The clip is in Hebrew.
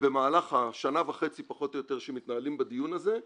ובמהלך השנה וחצי פחות או יותר שמתנהלים בדיון הזה,